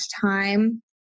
time